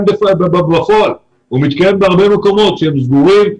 בפועל והוא מתקיים בהרבה מקומות שהם סגורים,